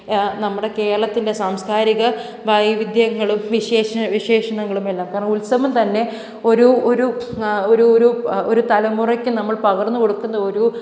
നമ്മുടെ കേരളത്തിന്റെ സാംസ്കാരിക വൈവിധ്യങ്ങളും വിശേഷ വിശേഷണങ്ങളും എല്ലാം കാരണം ഉത്സവം തന്നെ ഒരു ഒരു ഒരു ഒരു ഒരു തലമുറയ്ക്ക് നമ്മള് പകര്ന്നു കൊടുക്കുന്ന ഒരു